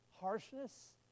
harshness